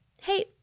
Hey